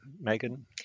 megan